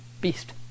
beast